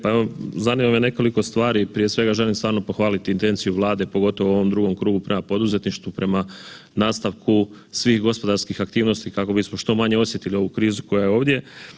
Pa evo zanima ne nekoliko stvari, prije svega želim stvarno pohvaliti intenciju Vlade pogotovo u ovom drugom krugu prema poduzetništvu, prema nastavku svih gospodarskih aktivnosti kako bismo što manje osjetili ovu krizu koja je ovdje.